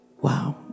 Wow